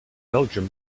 belgium